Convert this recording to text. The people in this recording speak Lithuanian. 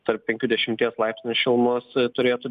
tarp penkių dešimties laipsnių šilumos turėtų